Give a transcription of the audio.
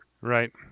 Right